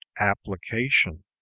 application